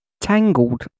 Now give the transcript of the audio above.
tangled